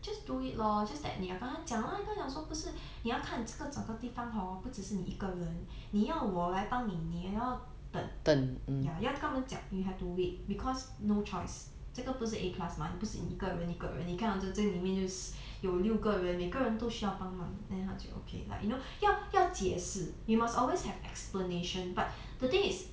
just do it lor just that 你要跟他讲啦呢跟他讲说不是你要看这个整个地方 hor 不只是你一个人你要我来帮你你要等 ya 要跟他们讲 you have to wait because no choice 这个不是 a class mah 不是你一个人一个人你看你这边里面就是有六个人每个人都需要帮忙 then 他就 like okay 要要解释 you must always have explanation but the thing is